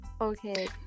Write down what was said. Okay